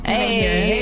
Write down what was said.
Hey